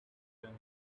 done